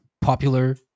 popular